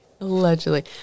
Allegedly